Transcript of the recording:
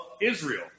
Israel